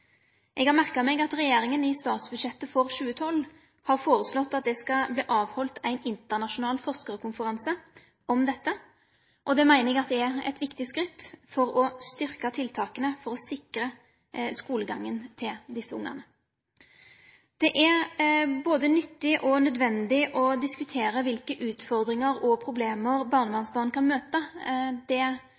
Jeg har merket meg at regjeringen i statsbudsjettet for 2012 har foreslått at det skal bli avholdt en internasjonal forskerkonferanse om dette, og det mener jeg er et viktig skritt for å styrke tiltakene for å sikre skolegangen til disse ungene. Det er både nyttig og nødvendig å diskutere hvilke utfordringer og problemer barnevernsbarn kan møte. Derfor setter jeg også veldig stor pris på det